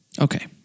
Okay